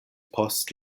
post